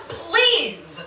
please